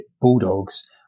bulldogs